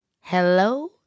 Hello